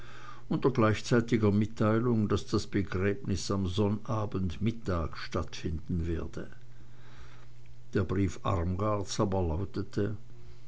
unter gleichzeitiger mitteilung daß das begräbnis am sonnabendmittag stattfinden werde der brief armgards aber lautete